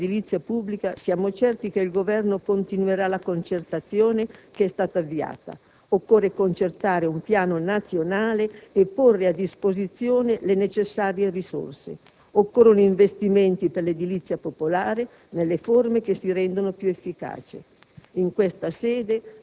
Per quanto riguarda l'edilizia pubblica, siamo certi che il Governo continuerà la concertazione che è stata avviata. Occorre concertare un piano nazionale e porre a disposizione le necessarie risorse; occorrono investimenti per l'edilizia popolare nelle forme che si rendono più efficaci.